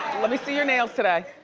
let me see your nails today.